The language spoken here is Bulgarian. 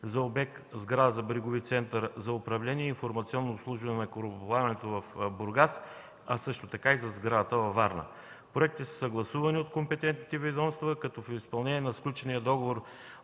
за обект – сграда за брегови център за управление и информационно обслужване на корабоплаването в Бургас, а също така и за сградата във Варна. Проектите са съгласувани от компетентните ведомства, като в изпълнение на сключения договор